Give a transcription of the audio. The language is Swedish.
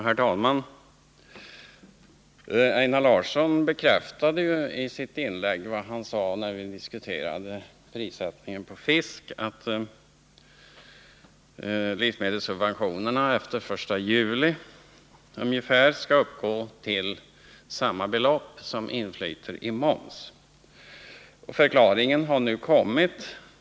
Herr talman! Einar Larsson bekräftade i sitt inlägg det han sade när vi diskuterade prissättningen på fisk, nämligen att livsmedelssubventionerna efter den 1 juli skall uppgå till samma belopp som inflyter i moms. Förklaringen har nu kommit.